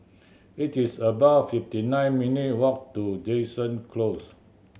it is about fifty nine minute walk to Jansen Close